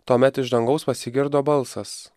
tuomet iš dangaus pasigirdo balsas